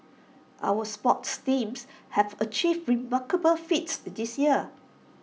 our sports teams have achieved remarkable feats this year